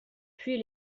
puis